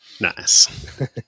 Nice